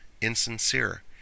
insincere